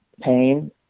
pain